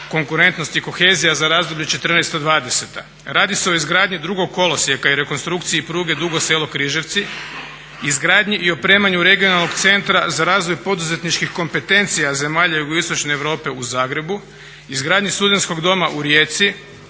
konkurentnost i kohezija za razdoblje 2014.-2020. Radi se o izgradnji drugog kolosijeka i rekonstrukciji pruge Dugo Selo-Križevci, izgradnji i opremanju regionalnog Centra za razvoj poduzetničkih kompetencija zemalja jugoistočne Europe u Zagrebu, izgradnji Studentskog doma u Rijeci,